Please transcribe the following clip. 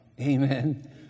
amen